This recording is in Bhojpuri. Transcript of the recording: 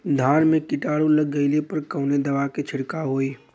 धान में कीटाणु लग गईले पर कवने दवा क छिड़काव होई?